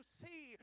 see